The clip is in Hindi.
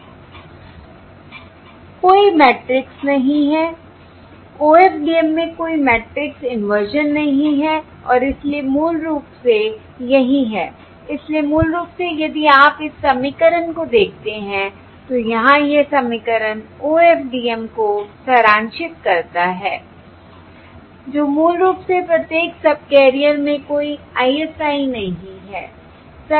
कोई मैट्रिक्स नहीं है OFDM में कोई मैट्रिक्स इन्वर्सन नहीं है और इसलिए मूल रूप से यही है इसलिए मूल रूप से यदि आप इस समीकरण को देखते हैं तो यहां यह समीकरण OFDM को सारांशित करता है जो मूल रूप से प्रत्येक सबकैरियर में कोई ISI नहीं है